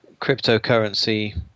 cryptocurrency